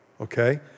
Okay